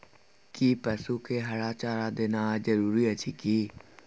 कि पसु के हरा चारा देनाय जरूरी अछि की?